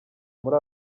muri